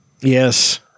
Yes